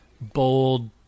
bold